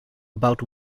about